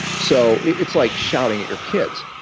so it's like shouting at your kids.